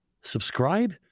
subscribe